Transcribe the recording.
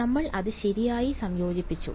നമ്മൾ അത് ശരിയായി സംയോജിപ്പിച്ചു